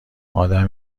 آدم